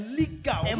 legal